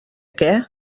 què